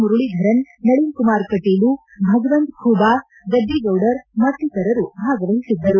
ಮುರಳೀಧರನ್ ನಳಿನ್ ಕುಮಾರ್ ಕಟೀಲು ಭಗವಂತ್ ಖೂಬಾ ಗದ್ದೀಗೌಡರ್ ಮತ್ತಿತರರು ಭಾಗವಹಿಸಿದ್ದರು